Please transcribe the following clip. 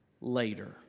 later